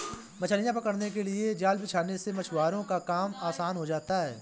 मछलियां पकड़ने के लिए जाल बिछाने से मछुआरों का काम आसान हो जाता है